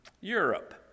Europe